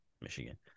Michigan